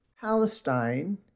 Palestine